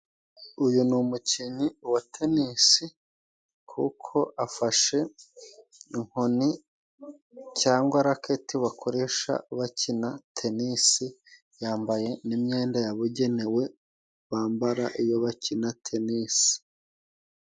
Uyu ni umukinnyi wa Tenisi kuko afashe inkoni cyangwa raketi bakoresha bakina Tenisi, yambaye n' imyenda yabugenewe bambara iyo bakina Tenisi.